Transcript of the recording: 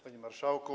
Panie Marszałku!